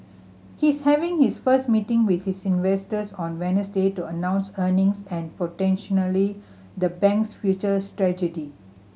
he's having his first meeting with his investors on Wednesday to announce earning and potentially the bank's future strategy